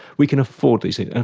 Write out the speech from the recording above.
we can afford these and